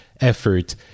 effort